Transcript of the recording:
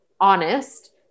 honest